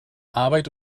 arbeit